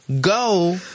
go